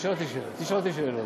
תשאל אותי שאלות.